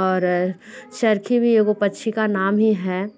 और चरखी भी है वो पक्षी का नाम ही है